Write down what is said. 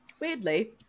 weirdly